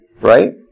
Right